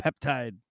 peptide